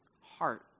heart